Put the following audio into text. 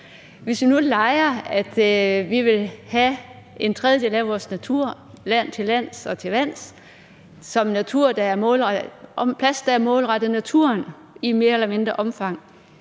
Vi kan lege, at vi vil have en tredjedel af vores natur til lands og til vands som plads, der er målrettet naturen i mere eller mindre omfang.